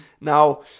now